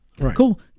Cool